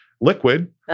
Liquid